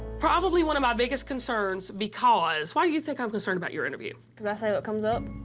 probably one of my biggest concerns because why do you think i'm concerned about your interview? cause i say what comes up.